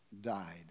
died